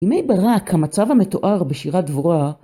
בימי ברק המצב המתואר בשירת דבורה